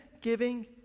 giving